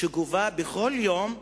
שגובה בכל יום קורבנות.